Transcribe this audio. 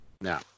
Now